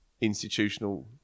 institutional